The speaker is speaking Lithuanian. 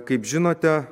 kaip žinote